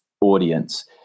audience